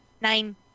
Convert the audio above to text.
nine